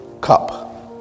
cup